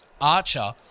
Archer